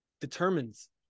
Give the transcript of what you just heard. determines